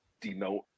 denote